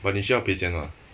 but 你需要赔钱吗